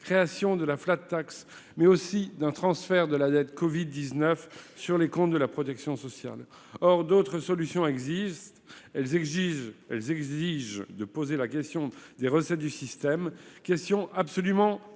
création de la flat tax, mais aussi d'un transfert de la dette Covid 19 sur les comptes de la protection sociale. Or, d'autres solutions existent, elles exigent elles exigent de poser la question des recettes du système question absolument taboue